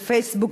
ב"פייסבוק",